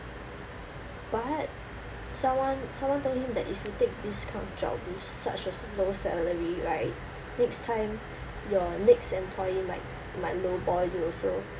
but someone someone told him that if you take this kind of job with such a low salary right next time your next employer might might low ball you also